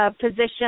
Position